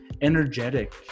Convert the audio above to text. energetic